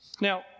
Now